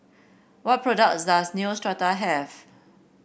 what products does Neostrata have